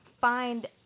find